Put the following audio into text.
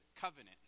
Covenant